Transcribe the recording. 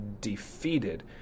defeated